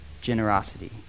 generosity